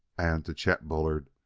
and, to chet bullard,